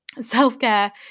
self-care